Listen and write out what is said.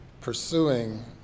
pursuing